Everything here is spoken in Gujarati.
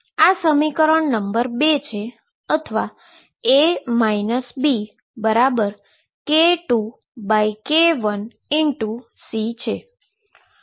આ સમીકરણ નંબર 2 છે અથવા A Bk2k1C છે